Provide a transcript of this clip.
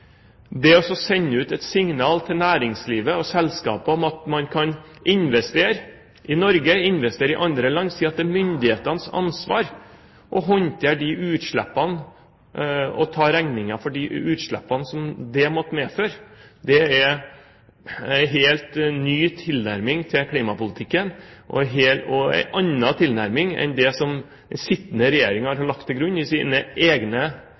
Det å sende ut et signal til næringslivet og selskaper om at man kan investere i Norge, investere i andre land, og si at det er myndighetenes ansvar å håndtere utslippene og ta regningen for de utslippene som det måtte medføre, er en helt ny tilnærming til klimapolitikken og en annen tilnærming enn det den sittende regjering har lagt til grunn i sine egne